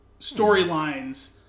storylines